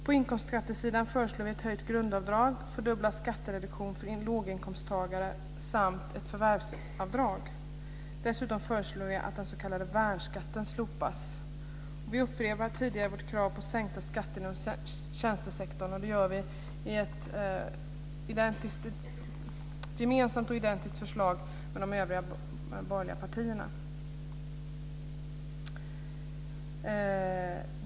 På inkomstskattesidan föreslår vi ett höjt grundavdrag, fördubblad skattereduktion för låginkomsttagare samt ett förvärvsavdrag. Dessutom föreslår vi att den s.k. värnskatten slopas. Vi upprepar vårt tidigare krav på sänkta skatter inom tjänstesektorn. Det gör vi i ett gemensamt förslag med de övriga borgerliga partierna. Fru talman!